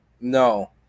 No